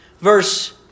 verse